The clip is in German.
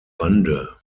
bande